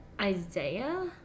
Isaiah